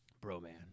Bro-man